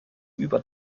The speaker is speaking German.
über